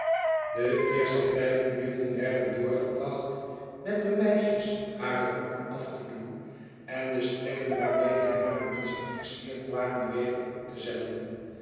de eerste vijf minuten werden doorgebracht met de meisjes hare doeken af te doen en de strikken waarmede hare mutsen versierd waren weder op te zetten